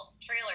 trailer